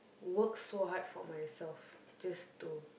work so hard for myself just to